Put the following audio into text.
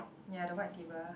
ya the white table